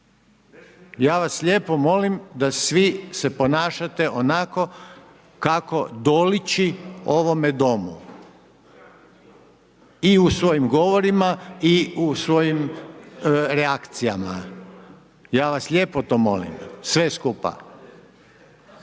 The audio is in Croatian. Ja vas lijepo molim da svi se ponašate onako kako doliči ovome Domu. I u svojim govorima i u svojim reakcijama, ja vas lijepo to molim sve skupa.